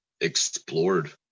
explored